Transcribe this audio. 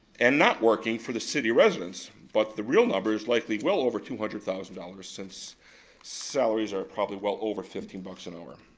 and not working for the city residents, but the real number is likely well over two hundred thousand dollars, since salaries are probably well over fifteen bucks an hour.